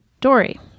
Dory